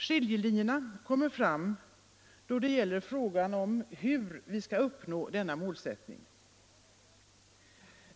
Skiljelinjerna kommer fram då det gäller frågan om hur vi skall uppnå denna målsättning.